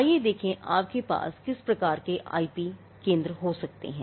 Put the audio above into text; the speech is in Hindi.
आइए देखें आपके पास किस प्रकार के आईपी केंद्रों के हो सकते हैं